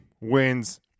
wins